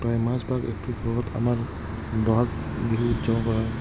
প্ৰায় মাজভাগ এপ্ৰিল মাহত আমাৰ ব'হাগ বিহু উদযাপন কৰা হয়